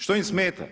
Što im smeta?